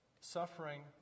Suffering